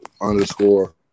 underscore